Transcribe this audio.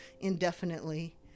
indefinitely